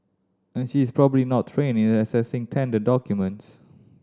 and she is probably not trained in assessing tender documents